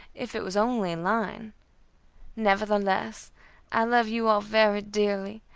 if it was only a line nevertheless i love you all very dearly,